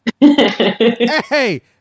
Hey